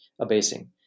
abasing